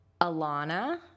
Alana